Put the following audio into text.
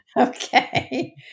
Okay